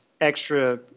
extra